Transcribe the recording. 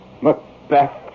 Macbeth